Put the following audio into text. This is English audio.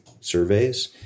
surveys